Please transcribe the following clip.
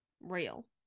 Real